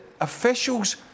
officials